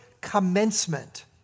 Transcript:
commencement